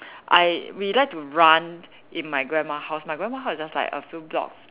I we like to run in my grandma house my grandma house is like just a few blocks